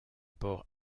port